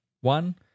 one